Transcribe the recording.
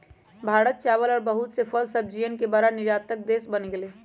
भारत चावल और बहुत से फल सब्जियन के बड़ा निर्यातक देश बन गेलय